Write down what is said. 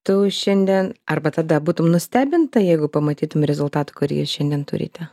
tu šiandien arba tada būtum nustebinta jeigu pamatytum rezultatą kurį jūs šiandien turite